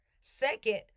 Second